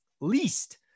least